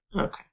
Okay